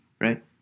right